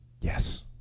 Yes